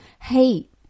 hate